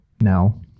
now